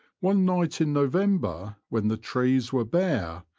one night in november when the trees were bare,